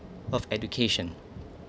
of education